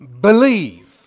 believe